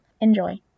Enjoy